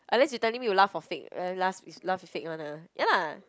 unless you telling me you laugh for fake laugh is fake [one] ah ya lah